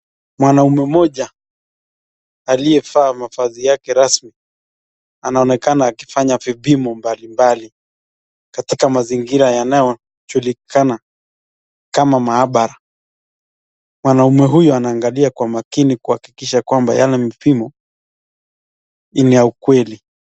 Mwanaume mmoja aliyevaa mavazi yake rasmi, anaonekana akifinya vipimo mbalimbali katika mazingira yanayo julikana kama maabara. Mwanaume huyo anaangalia kwa makini kuhakikisha kwamba yale vipimo ni ya ukweli.